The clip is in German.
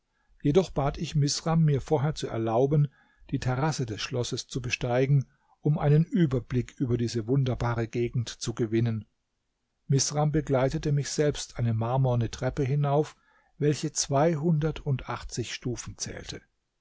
jedoch bat ich misram mir vorher zu erlauben die terrasse des schlosses zu besteigen um einen überblick über diese wunderbare gegend zu gewinnen misram begleitete mich selbst eine marmorne treppe hinauf welche zweihundertundachtzig stufen zählte